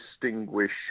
distinguish